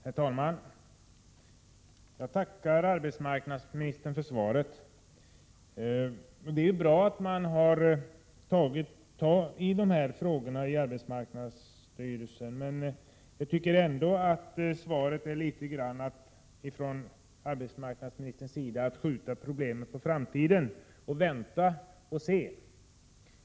Herr talman! Jag tackar arbetsmarknadsministern för svaret. Det är bra att man har tagit tag i dessa frågor i arbetsmarknadsstyrelsen. Men jag tycker ändå att arbetsmarknadsministerns svar innebär att man skjuter problemet på framtiden för att vänta och se.